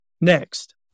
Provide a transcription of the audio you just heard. Next